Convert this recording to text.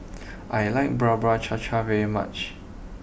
I like Bubur Cha Cha very much